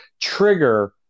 trigger